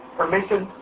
permission